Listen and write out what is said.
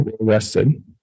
arrested